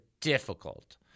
difficult